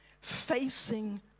facing